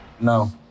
No